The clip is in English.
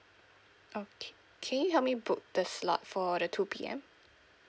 okay can you help me book the slot for the two P_M